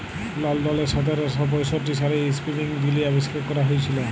লল্ডলে সতের শ পঁয়ষট্টি সালে ইস্পিলিং যিলি আবিষ্কার ক্যরা হঁইয়েছিল